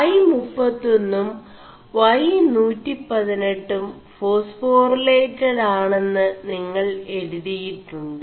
ിലിൻ Y31 ഉം Y118 ഉം േഫാസ്േഫാറിേലഡ് ആെണM് നിÆൾ എഴുതിയിƒg്